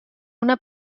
una